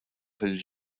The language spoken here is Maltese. fil